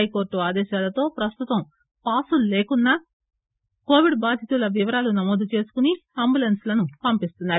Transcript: high court ఆదేశాలతో ప్రస్తుతం పాసులు లేకున్నా కొవిడ్ బాధితుల వివరాలు నమోదు చేసుకొని అంబులెన్స్లను పంపిస్తున్నారు